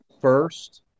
first